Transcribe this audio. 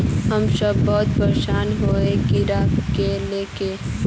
हम सब बहुत परेशान हिये कीड़ा के ले के?